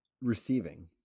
Receiving